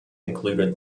included